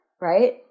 right